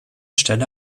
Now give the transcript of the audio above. stelle